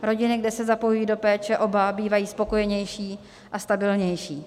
Rodiny, kde se zapojují do péče oba, bývají spokojenější a stabilnější.